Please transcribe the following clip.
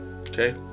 Okay